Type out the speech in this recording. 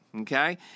okay